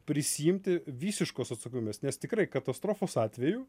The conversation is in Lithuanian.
prisiimti visiškos atsakomybės nes tikrai katastrofos atveju